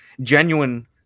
genuine